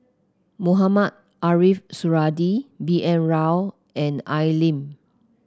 Mohamed Ariff Suradi B N Rao and Al Lim